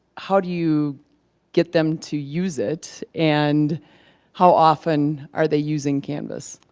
how do you get them to use it, and how often are they using canvas?